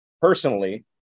personally